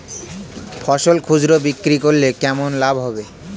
ফসল খুচরো বিক্রি করলে কেমন লাভ হবে?